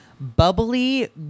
bubbly